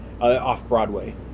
off-broadway